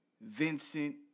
Vincent